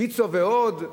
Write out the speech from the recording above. "ויצו ועוד",